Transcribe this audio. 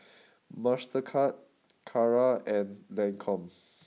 Mastercard Kara and Lancome